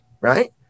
right